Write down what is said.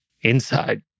Inside